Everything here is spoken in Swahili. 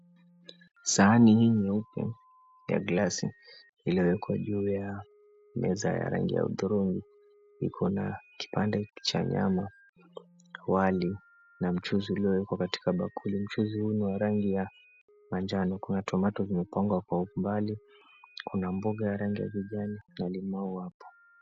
Sahani hii yeupe ya glasi iliyowekwa juu ya meza ya hudhurungi iko na kipande cha nyama, wali na mchuzi uliowekwa katika bakuli. Mchuzi huu ni wa rangi ya njano. Kuna tomato iliyopangwa kwa umbali, mboga ya kijani na limau hapo.